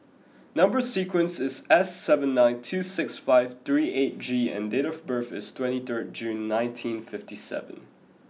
number sequence is S seven nine two six five three eight G and date of birth is twenty third June nineteen fifty seven